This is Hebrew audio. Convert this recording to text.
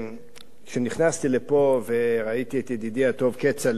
כשנכנסתי לפה וראיתי את ידידי הטוב כצל'ה,